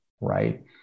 right